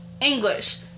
English